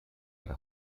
para